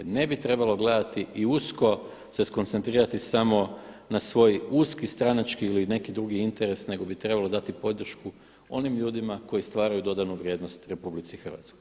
Ne bi trebalo gledati i usko se skoncentrirati samo na svoj uski stranački ili neki drugi interes nego bi trebalo dati podršku onim ljudima koji stvaraju dodanu vrijednost RH.